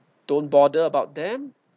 don't bother about them